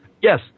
yes